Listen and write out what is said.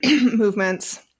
movements